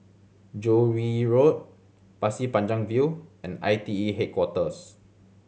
Joo Yee Road Pasir Panjang View and I T E Headquarters